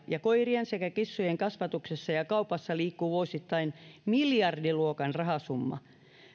ja koirien sekä kissojen kasvatuksessa ja ja kaupassa liikkuu vuosittain miljardiluokan rahasumma